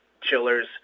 chillers